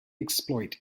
exploit